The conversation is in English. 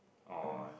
on